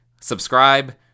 subscribe